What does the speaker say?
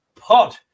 Pod